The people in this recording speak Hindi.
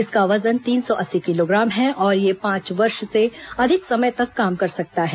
इसका वजन तीन सौ अस्सी किलोग्राम है और यह पांच वर्ष से अधिक समय तक काम कर सकता है